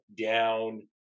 down